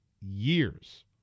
years